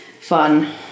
fun